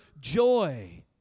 joy